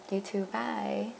you too bye